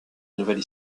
nouvelle